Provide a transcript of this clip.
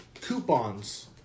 coupons